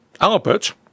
Albert